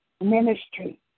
ministry